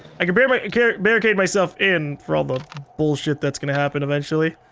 i can but i can barricade myself in for all the bullshit that's going to happen eventually.